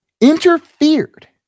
Interfered